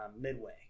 Midway